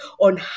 on